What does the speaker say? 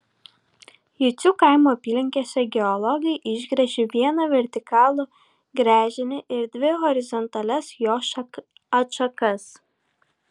jucių kaimo apylinkėse geologai išgręžė vieną vertikalų gręžinį ir dvi horizontalias jo atšakas